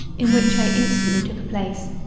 in which i instantly took a place,